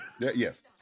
Yes